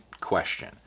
Question